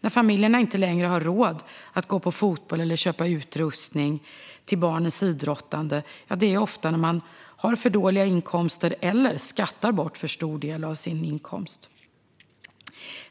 När familjer inte längre har råd att gå på fotboll eller att köpa utrustning till barnens idrottande beror det ofta på att man har för dåliga inkomster eller skattar bort för stor del av sin inkomst.